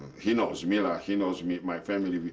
he knows mila, he knows me, my family.